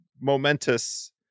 momentous